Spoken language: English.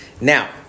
Now